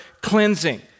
cleansing